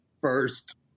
first